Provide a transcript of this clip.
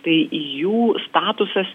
tai į jų statusas